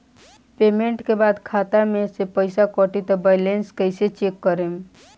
Payment के बाद खाता मे से पैसा कटी त बैलेंस कैसे चेक करेम?